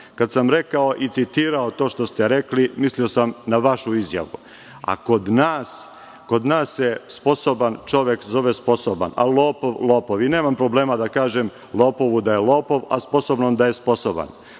Kad sam rekao i citirao to što ste rekli, mislio sam na vašu izjavu. A kod nas, kod nas se sposoban čovek zove sposoban. Lopov je lopov. Nemam problema da kažem lopovu da je lopov a sposobnom da je sposoban.